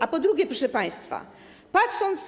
A po drugie, proszę państwa, patrząc